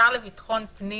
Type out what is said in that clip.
השר לביטחון פנים,